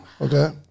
Okay